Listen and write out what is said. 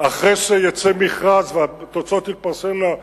אחרי שיצא מכרז והתוצאות תתפרסמנה,